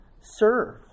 Serve